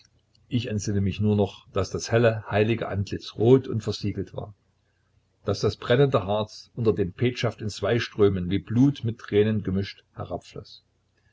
ich entsinne mich nur noch daß das helle heilige antlitz rot und versiegelt war daß das brennende harz unter dem petschaft in zwei strömen wie blut mit tränen gemischt